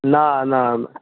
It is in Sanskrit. ना ना न